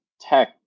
tech